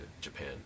Japan